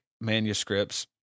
manuscripts